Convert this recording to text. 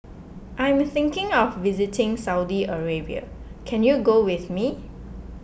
I'm thinking of visiting Saudi Arabia can you go with me